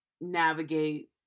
navigate